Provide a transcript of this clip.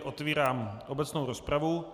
Otevírám obecnou rozpravu.